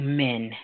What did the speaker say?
men